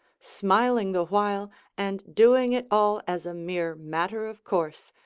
smiling the while and doing it all as a mere matter of course,